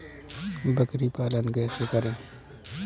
बकरी पालन कैसे करें?